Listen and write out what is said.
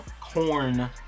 corn